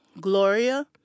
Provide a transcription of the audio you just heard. Gloria